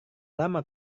lama